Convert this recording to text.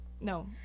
No